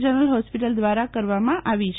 general hospital દ્વારા કરવામાં આવી છે